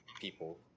people